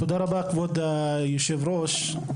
תודה רבה כבוד היושב ראש,